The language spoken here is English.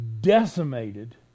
decimated